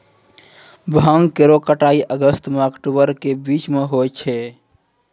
भांग केरो कटाई अगस्त सें अक्टूबर के बीचो म होय छै